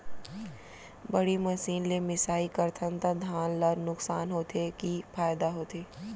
बड़ी मशीन ले मिसाई करथन त धान ल नुकसान होथे की फायदा होथे?